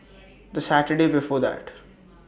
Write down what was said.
The Saturday before that